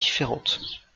différentes